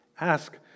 ask